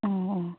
अ अ